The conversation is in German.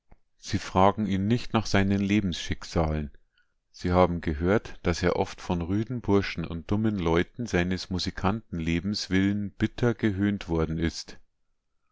sie fragen ihn nicht nach seinen lebensschicksalen sie haben gehört daß er oft von rüden burschen und dummen leuten seines musikantenlebens willen bitter gehöhnt worden ist